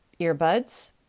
earbuds